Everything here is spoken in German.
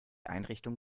einrichtung